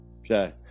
Okay